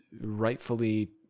rightfully